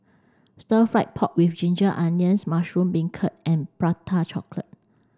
stir fry pork with ginger onions mushroom beancurd and prata chocolate